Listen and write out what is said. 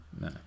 No